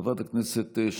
חברת הכנסת עאידה תומא סלימאן,